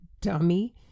dummy